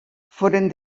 foren